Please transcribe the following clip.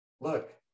look